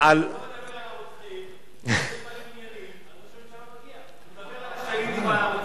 כשהוא לא מדבר על הרוצחים,